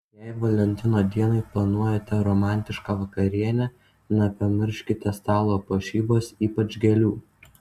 jei valentino dienai planuojate romantišką vakarienę nepamirškite stalo puošybos ypač gėlių